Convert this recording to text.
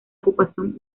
ocupación